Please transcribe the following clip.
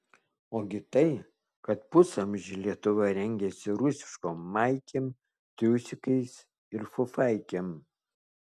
ogi tai kad pusamžį lietuva rengėsi rusiškom maikėm triusikais ir fufaikėm